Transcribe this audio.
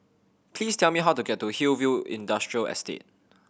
please tell me how to get to Hillview Industrial Estate